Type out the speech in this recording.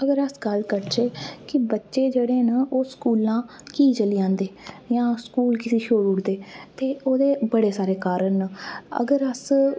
जेकर अस गल्ल करचै कि बच्चे जेह्ड़े न ओह् स्कूला कीऽ चली जंदे जां स्कूल कीऽ छोड़ी जंदे ते एह्दे बड़े सारे कारण न अगर अस